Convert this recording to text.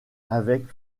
avec